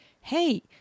Hey